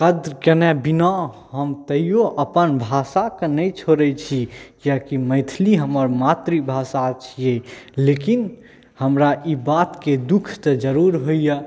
कद्र कएने बिना हम तैओ अपन भाषाके नहि छोड़ै छी कियाकि मैथिली हमर मातृभाषा छिए लेकिन हमरा ई बातके दुख तऽ जरूर होइए